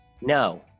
No